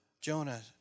jonah